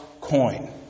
coin